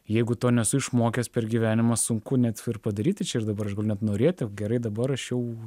jeigu to nesu išmokęs per gyvenimą sunku net ir padaryti čia ir dabar net norėti gerai dabar aš jau